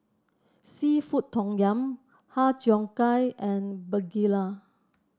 seafood Tom Yum Har Cheong Gai and begedil